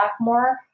more